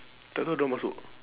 tak tahu diorang masuk